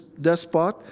despot